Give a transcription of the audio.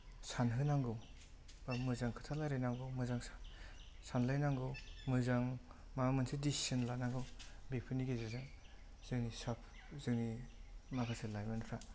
सानहोनांगौ बा मोजां खोथा लायरायनांगौ मोजां सानलायनांगौ मोजां माबा मोनसे दिसिजोन लानांगौ बेफोरनि गेजेरजों जोंनि साफ जोंनि माखासे लाइमोनफोरा